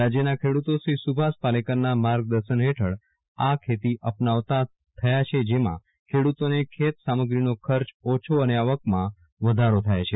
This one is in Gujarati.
રાજયના ખેડૂતો શ્રી સુભાષ પાલેકરના માર્ગદર્શન હેઠળ આ ખેતી અપનાવતા થયા છે જેમાં ખેડૂતોને ખેત સામગ્રીનો ખર્ચ ઓછો અને આવકમાં વધારો થાય છે